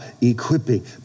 equipping